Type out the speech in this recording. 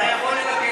אתה יכול לבקש.